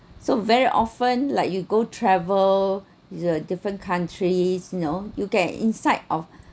so very often like you go travel the different countries you know you get inside of